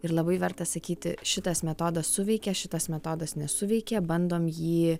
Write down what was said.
ir labai verta sakyti šitas metodas suveikė šitas metodas nesuveikė bandom jį